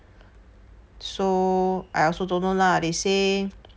so I also don't know lah they say